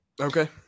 Okay